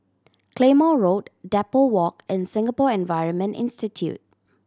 Claymore Road Depot Walk and Singapore Environment Institute